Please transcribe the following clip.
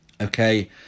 okay